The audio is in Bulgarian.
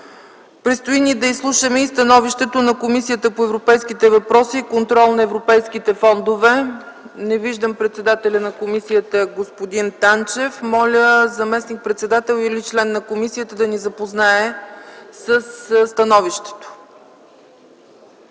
Предстои да изслушаме становището на Комисията по европейските въпроси и контрол на европейските фондове. Не виждам председателя на комисията господин Светлин Танчев. Моля заместник-председател или член на комисията да ни запознае със становището